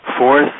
Fourth